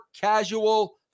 casual